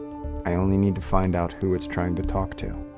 i only need to find out who it's trying to talk to.